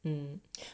mm